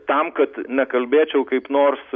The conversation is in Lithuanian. tam kad nekalbėčiau kaip nors